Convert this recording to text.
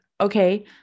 okay